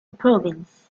province